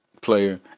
player